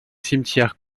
cimetières